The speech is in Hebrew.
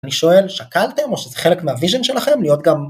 אני שואל, שקלתם, או שזה חלק מהוויז'ן שלכם, להיות גם...